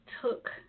took